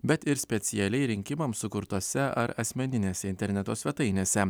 bet ir specialiai rinkimams sukurtose ar asmeninėse interneto svetainėse